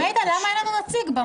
למה אין לנו נציג בה?